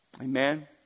Amen